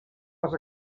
les